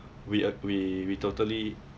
we a~ we we totally